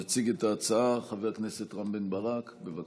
יציג את ההצעה חבר הכנסת רם בן ברק, בבקשה.